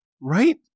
Right